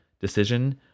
decision